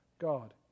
God